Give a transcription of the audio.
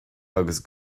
agus